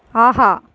ஆஹா